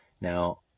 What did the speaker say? now